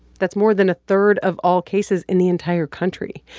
that's more than a third of all cases in the entire country.